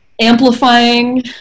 amplifying